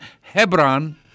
Hebron